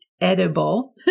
edible